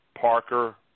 Parker